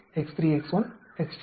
X1 X2 X4